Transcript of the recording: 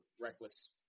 reckless –